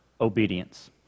obedience